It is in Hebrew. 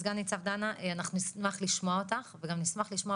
סנ"צ דנה אנחנו נשמח לשמוע אותך וגם נשמח לשמוע